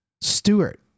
Stewart